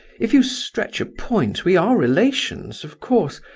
if you stretch a point, we are relations, of course,